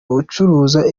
ucuruza